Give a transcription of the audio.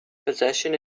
possession